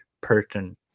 person